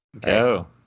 Go